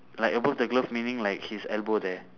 like above the glove meaning like his elbow there